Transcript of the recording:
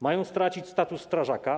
Mają stracić status strażaka.